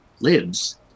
Lives